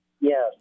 Yes